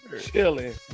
chilling